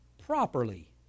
properly